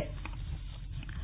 CM अनुरोध